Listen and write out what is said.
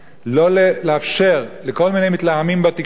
לא לאפשר לכל מיני מתלהמים בתקשורת,